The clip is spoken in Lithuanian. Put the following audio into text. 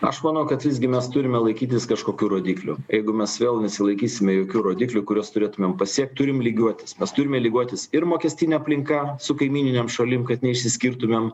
aš manau kad visgi mes turime laikytis kažkokių rodyklių jeigu mes vėl nesilaikysime jokių rodiklių kuriuos turėtumėm pasiekt turim lygiuotis mes turime lygiuotis ir mokestine aplinka su kaimyninėm šalim kad neišsiskirtumėm